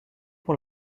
pour